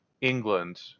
England